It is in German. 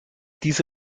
diese